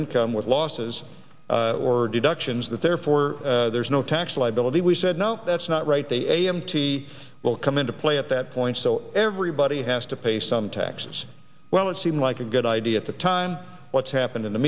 income with losses or deductions that therefore there's no tax liability we said no that's not right they a m t will come into play at that point so everybody has to pay some taxes well it seemed like a good idea at the time what's happened in the